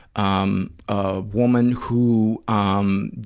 um, a woman who, um,